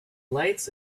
lights